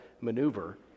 maneuver